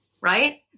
right